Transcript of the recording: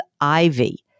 Ivy